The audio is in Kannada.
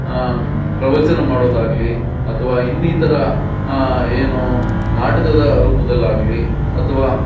ಪ್ರವಚನ ಮಾಡೋದಾಗಲಿ ಅಥವಾ ಇನ್ನಿತರ ಏನು ನಾಟಕದ ರೂಪದಲ್ಲಾಗಲಿ ಅಥವಾ